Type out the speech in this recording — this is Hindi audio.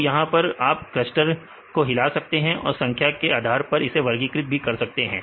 तो देश में आप क्लस्टर को हिला सकते हैं और संख्या के आधार पर हम इसे वर्गीकृत कर सकते हैं